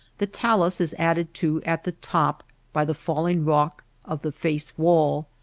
the talus is added to at the top by the falling rock of the face-wall,